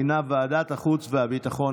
הוועדה הזמנית לענייני חוץ וביטחון.